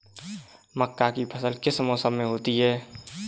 मक्का की फसल किस मौसम में होती है?